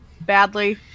badly